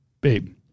babe